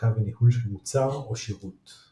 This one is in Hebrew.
השקה וניהול של מוצר או שירות.